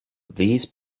these